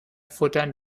futtern